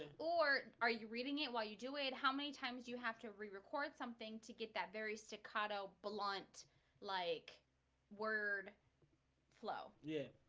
or are you reading it while you do it how many times you have to rerecord something to get that very staccato blunt like word flow yeah